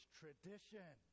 tradition